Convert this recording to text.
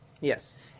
Yes